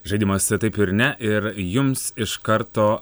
žaidimas taip ir ne ir jums iš karto